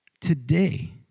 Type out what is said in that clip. today